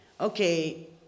okay